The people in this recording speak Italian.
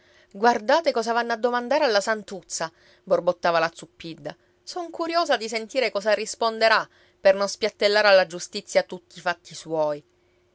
guardate cosa vanno a domandare alla santuzza borbottava la zuppidda son curiosa di sentire cosa risponderà per non spiattellare alla giustizia tutti i fatti suoi